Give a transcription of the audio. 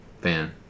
fan